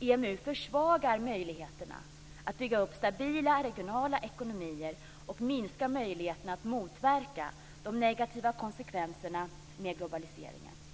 EMU försvagar möjligheterna att bygga upp stabila regionala ekonomier och minskar möjligheterna att motverka de negativa konsekvenserna med globaliseringen.